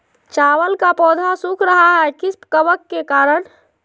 चावल का पौधा सुख रहा है किस कबक के करण?